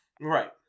Right